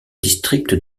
district